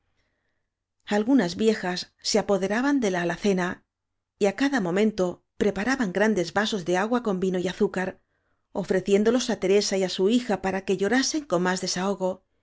algunas viejas se apoderaban p de la alacena y á cada momento preparaban gran des vasos de agua con vino y azúcar ofrecién dolos á teresa y á su hija para que llorasen con más desahogo